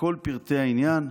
בכל פרטי העניין,